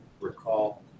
Recall